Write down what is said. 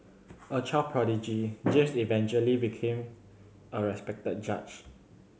a child prodigy James eventually became a respected judge